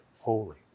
holy